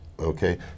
Okay